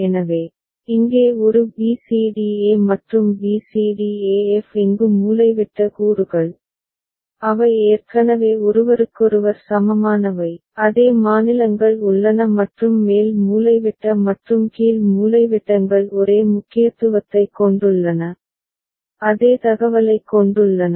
எனவே இங்கே ஒரு b c d e மற்றும் b c d e f இங்கு மூலைவிட்ட கூறுகள் அவை ஏற்கனவே ஒருவருக்கொருவர் சமமானவை அதே மாநிலங்கள் உள்ளன மற்றும் மேல் மூலைவிட்ட மற்றும் கீழ் மூலைவிட்டங்கள் ஒரே முக்கியத்துவத்தைக் கொண்டுள்ளன அதே தகவலைக் கொண்டுள்ளன